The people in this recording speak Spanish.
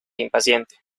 impaciente